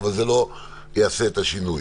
אבל זה לא יעשה את השינוי.